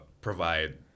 provide